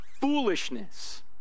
foolishness